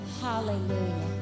Hallelujah